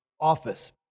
office